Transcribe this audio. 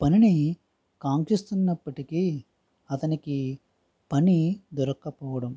పని కాంక్షిస్తున్నప్పటికీ అతనికి పని దొరక్కపోవడం